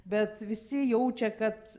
bet visi jaučia kad